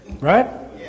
Right